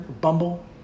Bumble